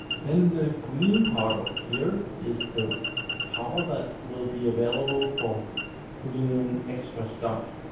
then the green part up here is the power that will be available for puttin in extra stuff,